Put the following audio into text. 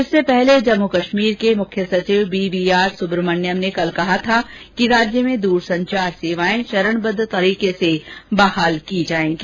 इससे पहले जम्मू कश्मीर के मुख्य सचिव बीवी आर सुब्रह्मयम ने कल कहा था कि राज्य में दूरसंचार सेवाएं चरणबद्ध तरीके से बहाल की जाएंगी